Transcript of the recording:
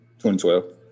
2012